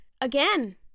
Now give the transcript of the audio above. again